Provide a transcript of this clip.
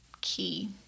key